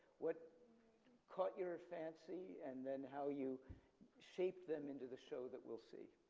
what caught your fancy and then how you shape them into the show that we'll see.